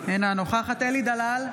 אינה נוכחת אלי דלל,